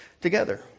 together